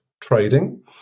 Trading